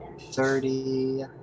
thirty